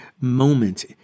moment